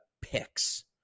picks